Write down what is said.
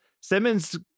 Simmons